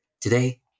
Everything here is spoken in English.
Today